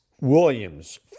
Williams